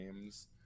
games